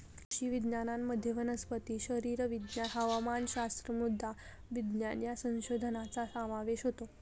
कृषी विज्ञानामध्ये वनस्पती शरीरविज्ञान, हवामानशास्त्र, मृदा विज्ञान या संशोधनाचा समावेश होतो